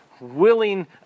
willing